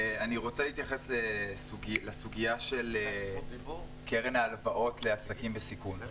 אני רוצה להתייחס לסוגיה של קרן ההלוואות לעסקים בסיכון.